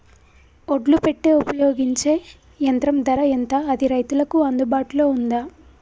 ఒడ్లు పెట్టే ఉపయోగించే యంత్రం ధర ఎంత అది రైతులకు అందుబాటులో ఉందా?